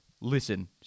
Listen